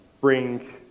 bring